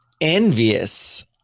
envious